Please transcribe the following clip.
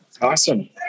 awesome